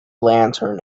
lantern